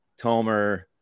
tomer